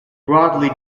broadly